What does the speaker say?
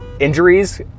Injuries